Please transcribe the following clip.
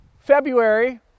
February